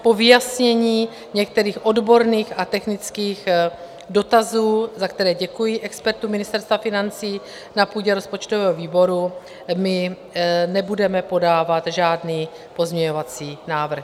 Po vyjasnění některých odborných a technických dotazů, za které děkuji expertům Ministerstva financí, na půdě rozpočtového výboru nebudeme podávat žádný pozměňovací návrh.